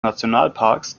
nationalparks